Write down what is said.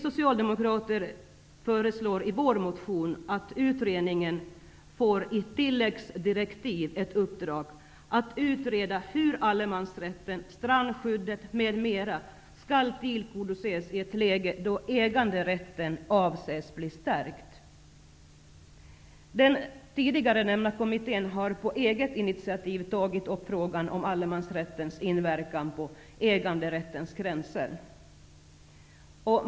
skall tillgodoses i ett läge då äganderätten avses bli stärkt. Den tidigare nämnda kommittén har på eget initiativ tagit upp frågan om allemansrättens inverkan på äganderättens gränser.